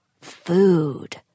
Food